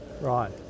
Right